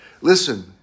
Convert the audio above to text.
listen